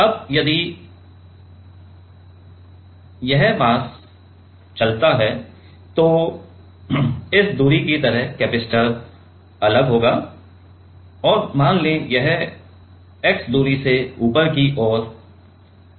अब यदि टिप यदि यह मास चलता है तो इस दूरी की तरह कपैसिटर अलग होगा और मान लें कि यह x दूरी से ऊपर की ओर चला गया है